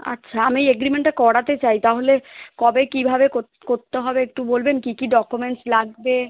আচ্ছা আমি এগ্রিমেন্টটা করাতে চাই তাহলে কবে কীভাবে কোত করতে হবে একটু বলবেন কী কী ডকুমেন্টস লাগবে